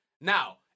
Now